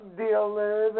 dealer